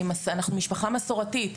אנחנו משפחה מסורתית.